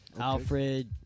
Alfred